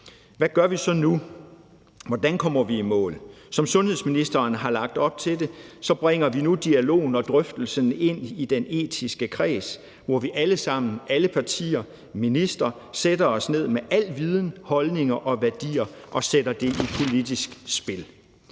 Hvad gør vi så nu? Hvordan kommer vi i mål? Som sundhedsministeren har lagt op til, bringer vi nu dialogen og drøftelsen ind i den etiske kreds, hvor vi alle sammen, alle partier og ministre, sætter os ned med al viden, alle holdninger og værdier og sætter det i spil